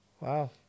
Wow